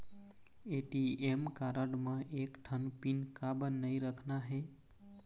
ATM card म एक ठन पिन काबर नई रखना हे?